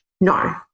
No